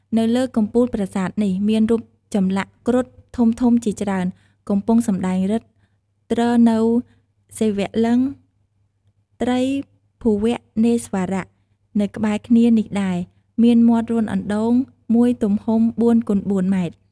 នៅលើកំពូលប្រាសាទនេះ មានរូបចំលាក់គ្រុឌ ធំៗជាច្រើន កំពុងសំដែងឫទ្ធិ ទ្រនូវសិវលឹង្គ ត្រីភូវនេស្វរៈ នៅក្បែរគ្នានេះដែរ មានមាត់រន្ធអណ្តូង មួយទំហំ ៤ គុណ ៤ ម៉ែត្រ។